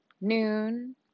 noon